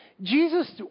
jesus